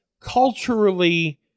Culturally